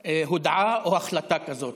הודעה או החלטה כזאת